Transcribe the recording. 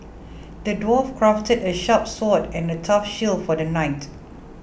the dwarf crafted a sharp sword and a tough shield for the knight